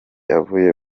avuye